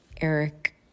Eric